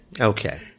Okay